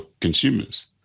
consumers